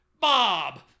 bob